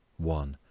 one.